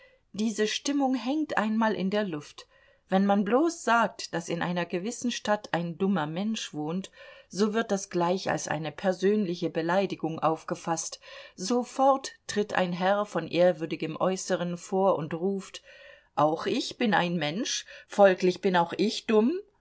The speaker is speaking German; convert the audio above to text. diese stimmung hängt einmal in der luft wenn man bloß sagt daß in einer gewissen stadt ein dummer mensch wohnt so wird das gleich als eine persönliche beleidigung aufgefaßt sofort tritt ein herr von ehrwürdigem äußeren vor und ruft auch ich bin ein mensch folglich bin auch ich dumm